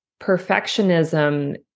perfectionism